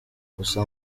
gusa